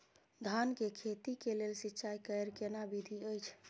धान के खेती के लेल सिंचाई कैर केना विधी अछि?